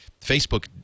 Facebook